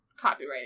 copyright